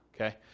Okay